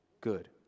good